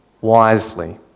wisely